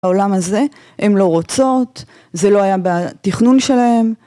העולם הזה, הם לא רוצות, זה לא היה בתכנון שלהם.